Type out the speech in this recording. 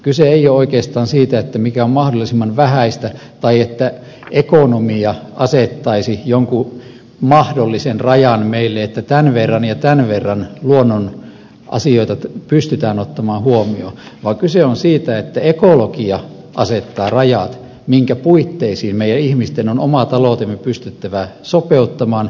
kyse ei ole oikeastaan siitä mikä on mahdollisimman vähäistä tai että ekonomia asettaisi jonkun mahdollisen rajan meille että tämän verran ja tämän verran luonnon asioita pystytään ottamaan huomioon vaan kyse on siitä että ekologia asettaa rajat minkä puitteisiin meidän ihmisten on oma taloutemme pystyttävä sopeuttamaan